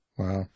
Wow